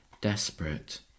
desperate